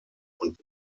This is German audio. und